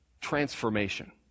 transformation